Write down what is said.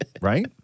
right